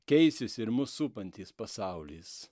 keisis ir mus supantis pasaulis